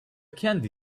candy